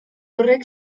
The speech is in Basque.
horrek